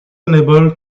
unable